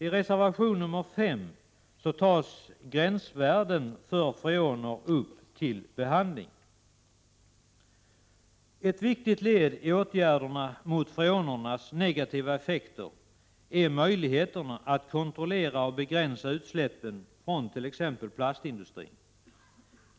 I reservation nr 5 tas gränsvärden för freoner upp till behandling. Ett viktigt led i åtgärderna mot freonernas negativa effekter är möjligheterna att kontrollera och begränsa utsläppen från t.ex. plastindustrin.